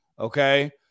Okay